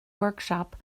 workshop